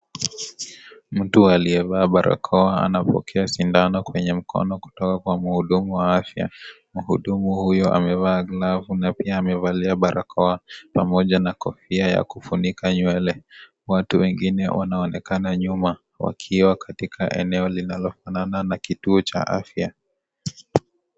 Mtu aliyevaa barakoa anapokea sindano kwenye mkono kutoka kwa mhudumu wa afya. Mhudumu huyo amevaa glavu na pia amevalia barakoa pamoja na kofia ya kufunika nywele. Watu wengine wanaonekana nyuma wakiwa katika eneo linalofanana na kituo cha afya.